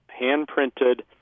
hand-printed